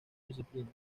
disciplina